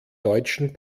deutschen